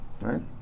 right